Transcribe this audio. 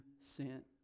sent